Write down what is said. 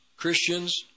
Christians